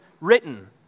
written